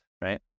Right